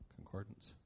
Concordance